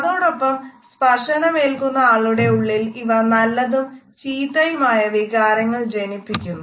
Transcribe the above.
അതോടൊപ്പം സ്പർശനമേല്കുന്ന ആളുടെ ഉള്ളിൽ ഇവ നല്ലതും ചീത്തയുമായ വികാരങ്ങൾ ജനിപ്പിക്കുന്നു